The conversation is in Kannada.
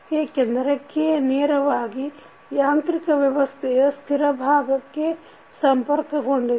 ಏಕೆಂದರೆ K ನೇರವಾಗಿ ಯಾಂತ್ರಿಕ ವ್ಯವಸ್ಥೆಯ ಸ್ಥಿರ ಭಾಗಕ್ಕೆ ಸಂಪರ್ಕಗೊಂಡಿದೆ